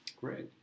Great